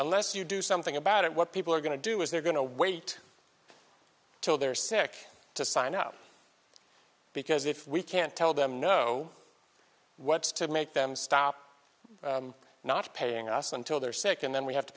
unless you do something about it what people are going to do is they're going to wait till they're sick to sign up because if we can't tell them no what's to make them stop not paying us until they're sick and then we have to